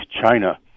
China